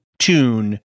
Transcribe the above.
tune